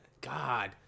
God